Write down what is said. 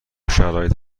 شرایط